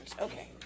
Okay